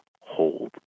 hold